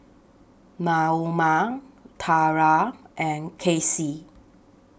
Naoma Thyra and Casie